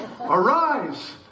Arise